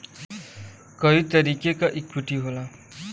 कई तरीके क इक्वीटी होला